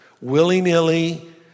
willy-nilly